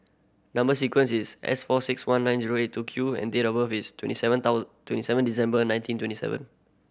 number sequence is S four six one nine zero eight two Q and date of birth is twenty seven twenty seven December nineteen twenty seven